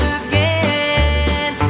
again